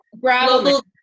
Global